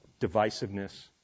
divisiveness